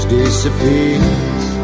disappears